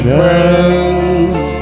friends